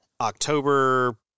October